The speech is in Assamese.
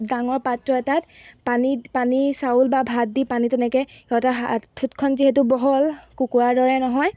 ডাঙৰ পাত্ৰ এটাত পানী পানী চাউল বা ভাত দি পানী তেনেকৈ সিহঁতে ঠোঁটখন যিহেতু বহল কুকুৰাৰ দৰে নহয়